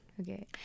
Okay